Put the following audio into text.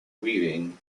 weaving